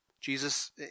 Jesus